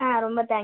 ஆ ரொம்ப தேங்க்ஸ்